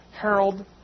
Harold